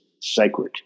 sacred